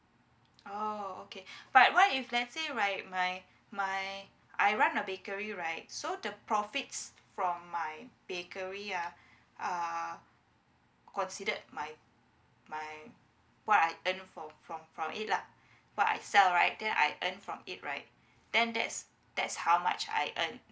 oh okay but what if let's say right my my I run a bakery right so the profits from my bakery yeah uh considered my my what I earn from from from it lah what I sell right then I earn from it right then that's that's how much I earn